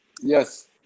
Yes